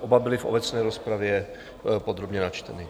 Oba byly v obecné rozpravě podrobně načteny.